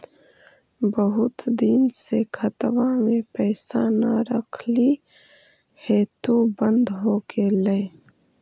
बहुत दिन से खतबा में पैसा न रखली हेतू बन्द हो गेलैय?